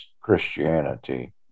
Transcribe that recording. Christianity